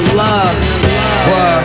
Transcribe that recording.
love